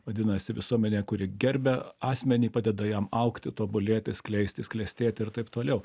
vadinasi visuomenė kuri gerbia asmenį padeda jam augti tobulėti skleistis klestėti ir taip toliau